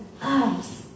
loves